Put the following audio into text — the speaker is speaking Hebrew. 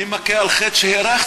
אני מכה על חטא שהארכתי,